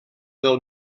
del